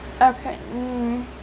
Okay